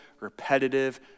repetitive